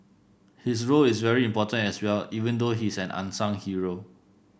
his role is very important as well even though he's an unsung hero